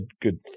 good